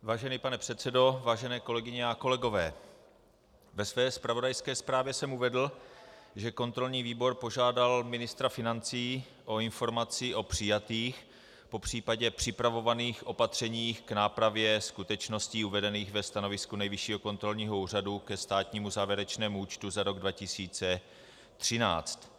Vážený pane předsedo, vážené kolegyně a kolegové, ve své zpravodajské zprávě jsem uvedl, že kontrolní výbor požádal ministra financí o informaci o přijatých, popř. připravovaných opatřeních k nápravě skutečností uvedených ve stanovisku Nejvyššího kontrolního úřadu ke státnímu závěrečnému účtu za rok 2013.